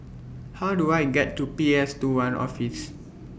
How Do I get to P S two one Office